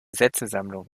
sätzesammlung